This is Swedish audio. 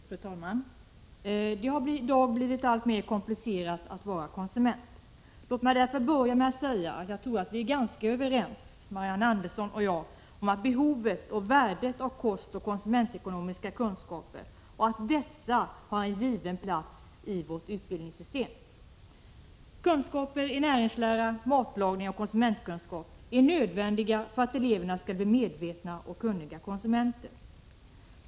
Fru talman! Det har i dag blivit alltmer komplicerat att vara konsument. Låt mig därför börja med att säga att jag tror att Marianne Andersson och jag är ganska överens om behovet och värdet av kunskaper om kost liksom av konsumentekonomiska kunskaper och att dessa har en given plats i vårt utbildningssystem. Undervisning i näringslära, matlagning och konsumentkunskap är nödvändig för att eleverna skall bli medvetna och kunniga konsumenter.